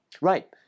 Right